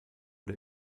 der